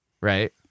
right